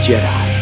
Jedi